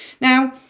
Now